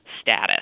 status